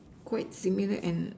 quite similar and